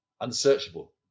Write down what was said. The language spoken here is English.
Unsearchable